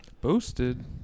Boosted